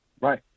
right